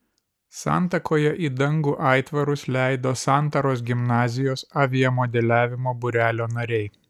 santakoje į dangų aitvarus leido santaros gimnazijos aviamodeliavimo būrelio nariai